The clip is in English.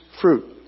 fruit